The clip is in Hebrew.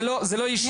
זה לא אישי,